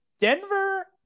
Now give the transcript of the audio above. Denver